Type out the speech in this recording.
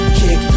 kick